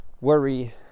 worry